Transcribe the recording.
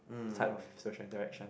type of social interactions